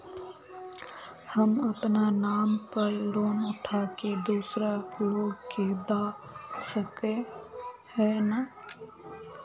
हम अपना नाम पर लोन उठा के दूसरा लोग के दा सके है ने